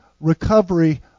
recovery